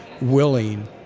willing